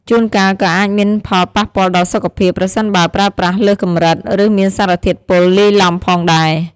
ជួនកាលក៏អាចមានផលប៉ះពាល់ដល់សុខភាព ប្រសិនបើប្រើប្រាស់លើសកម្រិត ឬមានសារធាតុពុលលាយឡំផងដែរ។